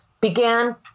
began